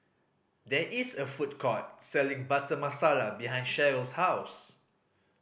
there is a food court selling Butter Masala behind Sheryl's house